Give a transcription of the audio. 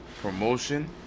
promotion